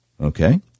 Okay